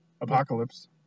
Apocalypse